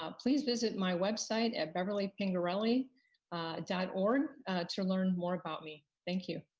um please visit my website at beverlypingerelli dot org to learn more about me, thank you.